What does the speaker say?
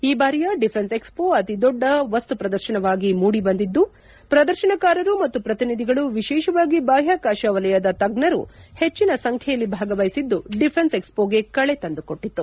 ಈ ಬಾರಿಯ defence expo ಅತಿ ದೊಡ್ಡ ವಸ್ತು ಪ್ರದರ್ಶನವಾಗಿ ಮೂಡಿ ಬಂದಿದ್ದು ಪ್ರದರ್ಶನಕಾರರು ಮತ್ತು ಪ್ರತಿನಿಧಿಗಳು ವಿಶೇಷವಾಗಿ ಬಾಹ್ವಾಕಾಶ ವಲಯದ ತಜ್ಞರು ಹೆಜ್ಜಿನ ಸಂಖ್ಯೆಯಲ್ಲಿ ಭಾಗವಹಿಸಿದ್ದು ಡಿಫೆನ್ಸ್ ಎಕ್ಸ್ಮೋಗೆ ಕಳೆ ತಂದುಕೊಟ್ಟಿತು